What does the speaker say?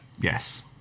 Yes